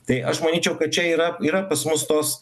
tai aš manyčiau kad čia yra yra pas mus tos